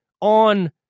on